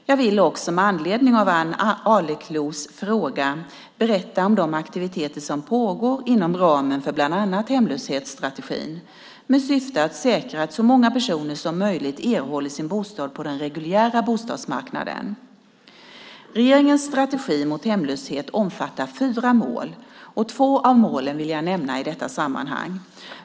Jag vill också med anledning av Ann Arleklos fråga berätta om de aktiviteter som pågår inom ramen för bland annat hemlöshetsstrategin med syfte att säkra att så många personer som möjligt erhåller sin bostad på den reguljära bostadsmarknaden. Regeringens strategi mot hemlöshet omfattar fyra mål, och två av målen vill jag nämna i detta sammanhang.